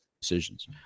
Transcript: decisions